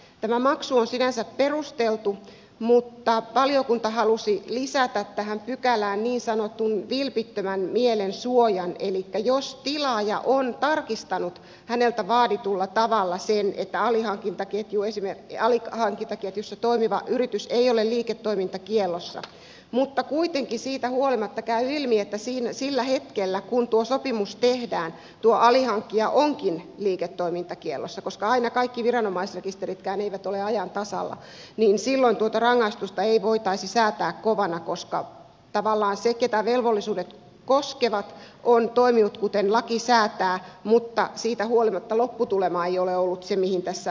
tämä maksu on sinänsä perusteltu mutta valiokunta halusi lisätä tähän pykälään niin sanotun vilpittömän mielen suojan elikkä jos tilaaja on tarkistanut häneltä vaaditulla tavalla sen että alihankintaketjussa toimiva yritys ei ole liiketoimintakiellossa mutta kuitenkin siitä huolimatta käy ilmi että siinä sillä hetkellä kun tuo sopimus tehdään tuo alihankkija onkin liiketoimintakiellossa koska aina kaikki viranomaisrekisteritkään eivät ole ajan tasalla niin silloin tuota rangaistusta ei voitaisi säätää kovana koska tavallaan se ketä velvollisuudet koskevat on toiminut kuten laki säätää mutta siitä huolimatta lopputulema ei ole ollut se mihin tässä on pyritty